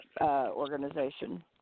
organization